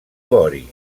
vori